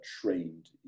trained